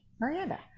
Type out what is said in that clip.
Miranda